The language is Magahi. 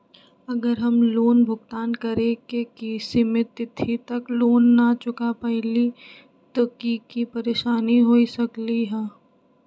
अगर हम लोन भुगतान करे के सिमित तिथि तक लोन न चुका पईली त की की परेशानी हो सकलई ह?